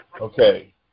Okay